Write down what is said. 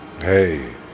Hey